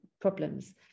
problems